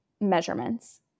measurements